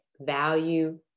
value